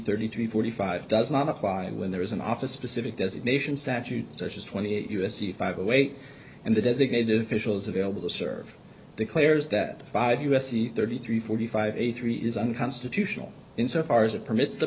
thirty three forty five does not apply when there is an office specific designation statute such as twenty eight u s c five away and the designated officials available to serve declares that five u s c thirty three forty five eighty three is unconstitutional insofar as it permits the